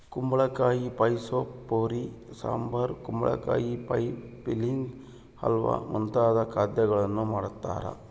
ಕುಂಬಳಕಾಯಿ pie soup puree sambar ಕುಂಬಳಕಾಯಿ pie filling halwa ಮುಂತಾದ ಖಾದ್ಯಗಳನ್ನು ಮಾಡ್ತಾರ